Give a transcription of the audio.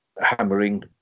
hammering